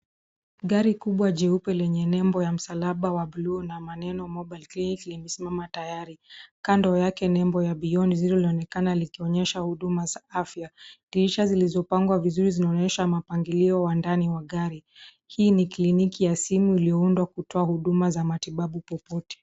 Gari kubwa jeupe lenye nembo ya msalaba wa blue na maneno mobile clinic limesimama tayari kando yake. Nembo ya beyond zero linaonekana likionyesha huduma za afya. Diriisha zilizopangwa vizuri zinaonyesha mapangilio wa ndani wa gari. Hii ni kliniki ya simu iliyoundwa kutoa huduma za matibabu popote.